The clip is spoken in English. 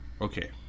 Okay